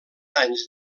anys